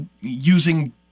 using